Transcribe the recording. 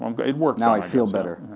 um good, it worked. now i feel better.